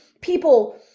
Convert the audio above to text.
people